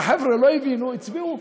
החבר'ה לא הבינו, הצביעו.